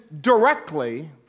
directly